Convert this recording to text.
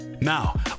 now